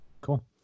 Cool